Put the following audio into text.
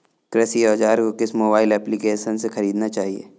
कृषि औज़ार को किस मोबाइल एप्पलीकेशन से ख़रीदना चाहिए?